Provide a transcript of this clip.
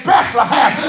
Bethlehem